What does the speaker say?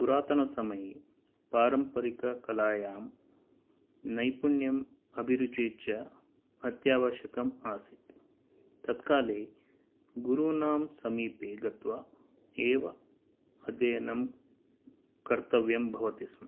पुरातनसमये पारम्परिककलायां नैपुण्यम् अभिरुचिः च अत्यावस्यकम् आसीत् तत्काले गुरूणां समीपे गत्वा एव अध्ययनं कर्तव्यं भवति स्म